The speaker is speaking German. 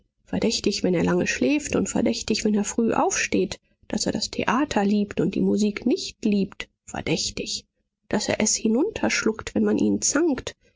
verdächtig wenn er lange schläft und verdächtig wenn er früh aufsteht daß er das theater liebt und die musik nicht liebt verdächtig daß er es hinunterschluckt wenn man ihn zankt